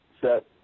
set